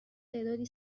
تعدادی